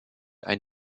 ein